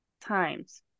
times